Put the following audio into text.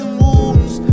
wounds